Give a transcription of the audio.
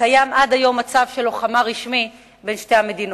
קיים עד היום מצב רשמי של לוחמה בין שתי המדינות.